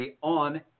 on